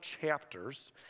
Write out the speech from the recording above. chapters